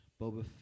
Boba